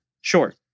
Sure